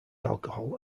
alcohol